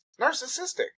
Narcissistic